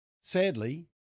sadly